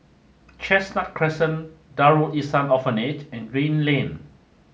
Chestnut Crescent Darul Ihsan Orphanage and Green Lane